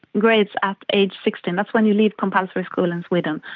grades at age sixteen, that's when you leave compulsory school in sweden,